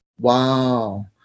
Wow